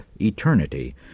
eternity